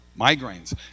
Migraines